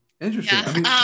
Interesting